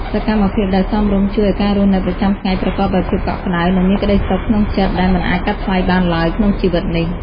សកម្មភាពដែលសមរម្យជួយឱ្យការរស់នៅប្រចាំថ្ងៃប្រកបដោយភាពកក់ក្តៅ និង មានក្តីសុខក្នុងចិត្តដែលមិនអាចកាត់ថ្លៃបានឡើយក្នុងជីវិតនេះ។